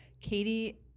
Katie